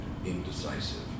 indecisive